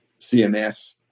CMS